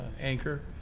anchor